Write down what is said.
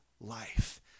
life